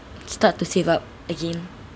start to save up again